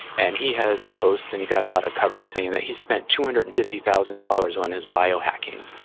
and he has a post, and he got a lot of coverage saying that he's spent two hundred and fifty thousand dollars on his biohacking.